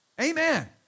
Amen